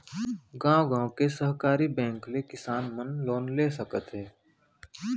गॉंव गॉंव के सहकारी बेंक ले किसान मन लोन ले सकत हे